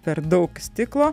per daug stiklo